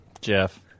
Jeff